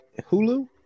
Hulu